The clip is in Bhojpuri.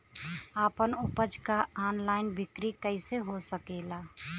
आपन उपज क ऑनलाइन बिक्री कइसे हो सकेला?